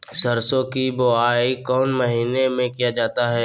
सरसो की बोआई कौन महीने में किया जाता है?